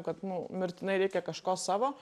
kad nu mirtinai reikia kažko savo